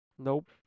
Nope